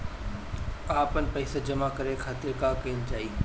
आपन पइसा जमा करे के खातिर का कइल जाइ?